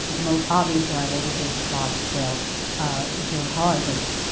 the most obvious level, which is large-scale geopolitics.